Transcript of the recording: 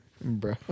Bro